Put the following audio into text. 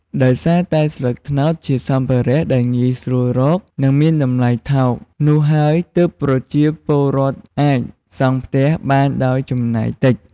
ដោយសារតែ ស្លឹកត្នោតជាសម្ភារៈដែលងាយស្រួលរក និងមានតម្លៃថោក នោះហើយទើបប្រជាពលរដ្ឋអាច សង់ផ្ទះបានដោយចំណាយតិច។